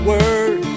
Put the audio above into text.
Word